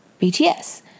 BTS